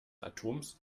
atoms